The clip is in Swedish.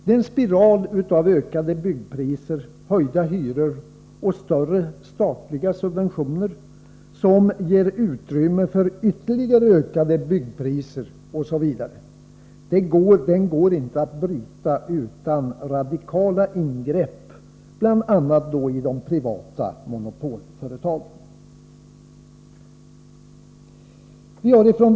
Den spiral av ökade byggpriser, höjda hyror och större statliga subventioner som ger utrymme för ytterligare ökade byggpriser osv. går inte att bryta utan radikala ingrepp, bl.a. i de privata monopolföretagen.